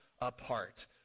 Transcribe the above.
apart